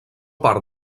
part